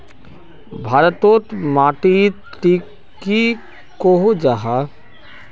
भारत तोत माटित टिक की कोहो जाहा?